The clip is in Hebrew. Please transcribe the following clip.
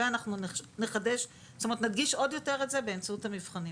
ואנחנו נדגיש את זה עוד יותר באמצעות המבחנים.